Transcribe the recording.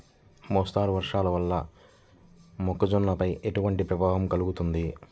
మోస్తరు వర్షాలు వల్ల మొక్కజొన్నపై ఎలాంటి ప్రభావం కలుగుతుంది?